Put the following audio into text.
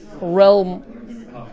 realm